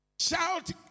Shout